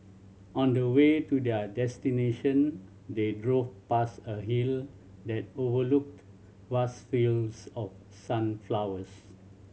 on the way to their destination they drove past a hill that overlooked vast fields of sunflowers